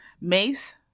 Mace